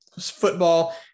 football